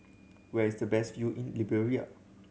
where is the best view in Liberia